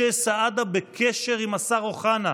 משה סעדה בקשר עם השר אוחנה.